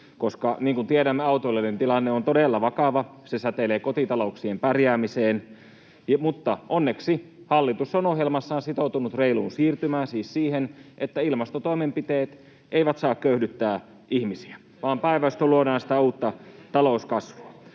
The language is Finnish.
koska niin kuin tiedämme, autoilijoiden tilanne on todella vakava, se säteilee kotitalouksien pärjäämiseen. Onneksi hallitus on ohjelmassaan sitoutunut reiluun siirtymään, siis siihen, että ilmastotoimenpiteet eivät saa köyhdyttää ihmisiä vaan päinvastoin luodaan uutta talouskasvua.